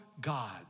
God